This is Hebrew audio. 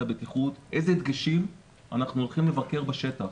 הבטיחות איזה דגשים אנחנו הולכים לבקר בשטח,